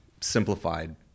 simplified